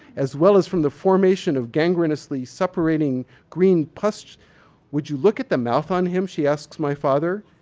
as well as from the formation of gangrenously separating green pus would you look at the mouth on him she asks my father.